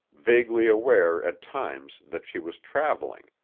vaguely aware, at times, that she was traveling.